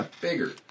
bigger